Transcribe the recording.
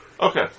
Okay